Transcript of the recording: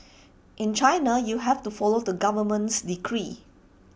in China you have to follow the government's decree